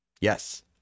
Yes